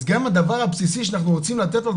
אז גם הדבר הבסיסי שאנחנו רוצים לתת לו,